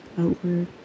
outward